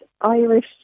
Irish